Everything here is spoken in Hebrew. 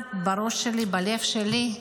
שומעת בראש שלי, בלב שלי,